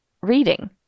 reading